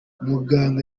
muganga